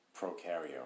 prokaryote